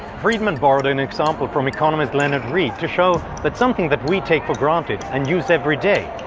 friedman borrowed an example from economist leonard reed, to show that something that we take for granted, and use every day,